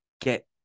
get